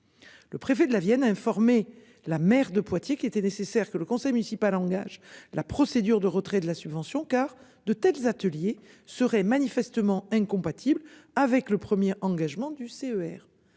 Le préfet de la Vienne informé la maire de Poitiers, qui était nécessaire, que le conseil municipal engage la procédure de retrait de la subvention car de tels ateliers serait manifestement incompatible avec le 1er engagement du CER.